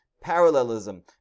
parallelism